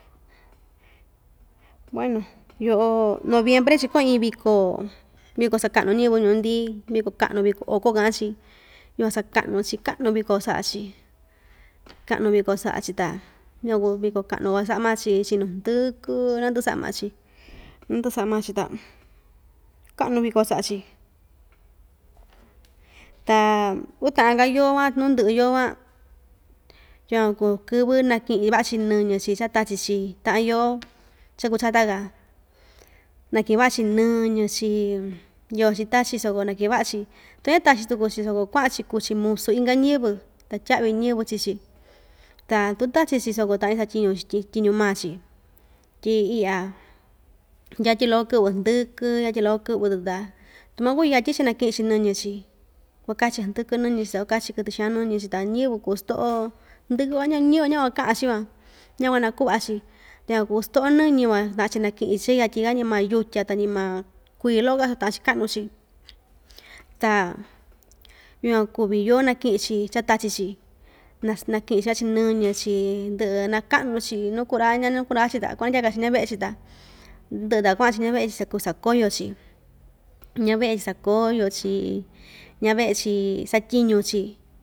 Bueno yoꞌo noviembre cha kuaꞌan iin viko viko sakaꞌnu ñiyɨvɨ nuu‑ndi viko kaꞌnu viko oko kaꞌan‑chi yukuan sakaꞌnu‑chi kaꞌnu viko saꞌa‑chi kaꞌnu viko saꞌa‑chi ta yukuan kuvi viko kaꞌnu cha saꞌa maa‑chi chinu xindɨkɨ nandɨꞌɨ saꞌa maa‑chi nandɨꞌɨ saꞌa maa‑chi ta kaꞌnu viko saꞌa‑chi ta utaꞌan‑ka yoo‑van nuu ndɨꞌɨ yoo van yukuan kuu kɨvɨ nakiꞌin vaꞌa‑chi niñɨ‑chi cha itachi‑chi taꞌan yoo cha ikuu‑chataka nakiꞌin vaꞌa‑chi niñɨ‑chi yoo‑chi ita‑chi soko nakiꞌin vaꞌa‑chi tu ña itachi‑ tuku‑chi soko kuaꞌan‑chi kuu‑chi musu inka ñiyɨvɨ ta tyaꞌvi ñiyɨvɨ chii‑chi ta tu tachi‑chi soko taꞌan‑chi satyiñu‑chi tyi tyiñu maa‑chi tyi iꞌya yatyi loko kɨꞌvɨ ndɨkɨ yatyi loko kɨꞌvɨ‑tɨ ta tu makuu yatyi‑chi nakiꞌin‑chi niñɨ‑chi kuakachi ndɨkɨ niñɨ‑chi ta kuaka‑chi kɨtɨ xaan niñi‑chi ta ñiyɨvɨ kuu stoꞌo ndɨkɨ van ñiyɨvɨ van ñakuaꞌa‑chi van ña kuanakuꞌva‑chi ta yukuan kuu stoꞌo niñɨ van taꞌan‑chi nakiꞌi‑chi cha yatyi‑ka tyi ñimaa yutya ta ñimaa kui loꞌo‑ka soo taꞌan‑chi kaꞌnu‑chi ta yukuan kuvi nakɨꞌɨ‑chi cha itachi‑chi niñɨ‑chi ndɨꞌɨ nakaꞌnu‑chi nuu kura‑ña nuu kura‑chi ta kunandyaka‑chi ndya veꞌe‑chi ta ndɨꞌɨ ta kuaꞌan‑chi ndya veꞌe‑chi ta kuu sakoyo‑chi ndya veꞌe‑chi sakoyo‑chi ndya veꞌe‑chi satyiñu‑chi.